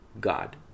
God